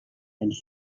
and